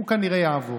הוא כנראה יעבור.